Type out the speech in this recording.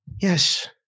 Yes